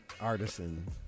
Artisan